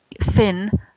Thin